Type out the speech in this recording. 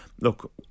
look